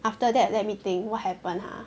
after that let me think what happen ha